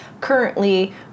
currently